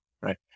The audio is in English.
right